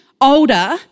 older